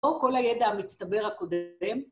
‫או כל הידע המצטבר הקודם.